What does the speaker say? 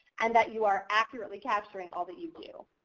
and that you are accurately capturing all that you do.